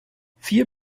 vier